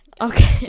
Okay